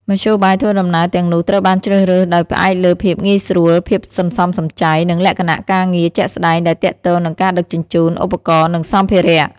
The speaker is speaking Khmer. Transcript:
មធ្យោបាយធ្វើដំណើរទាំងនោះត្រូវបានជ្រើសរើសដោយផ្អែកលើភាពងាយស្រួល ភាពសន្សំសំចៃ និងលក្ខណៈការងារជាក់ស្តែងដែលទាក់ទងនឹងការដឹកជញ្ជូនឧបករណ៍និងសម្ភារៈ។